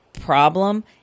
problem